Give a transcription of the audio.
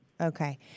Okay